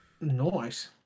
Nice